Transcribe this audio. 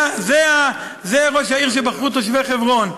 זה ראש העיר שבחרו תושבי חברון.